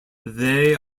they